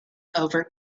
over